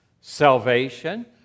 salvation